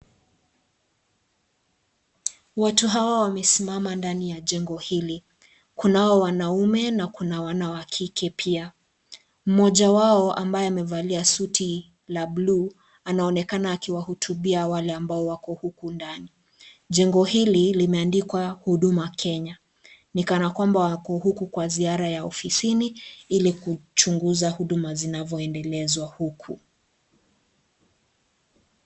Watu hawa wamesimama ndani ya jengo hili. Kuna hao wanaume na wanawakike pia. Mmoja wao ambaye amevalia suti la blue anaonekana akiwahutubia wale ambao wako huku ndani. Jengo hili limeandikwa "Huduma Kenya". Ni kana kwamba wako huku kwa ziara ya ofisini ili kuchunguza huduma zinavyoendelezwa huku.